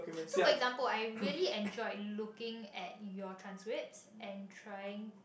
so for example I really enjoy looking at your transcripts and trying